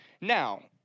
Now